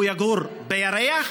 הוא יגור בירח?